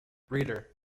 reader